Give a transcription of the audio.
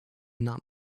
not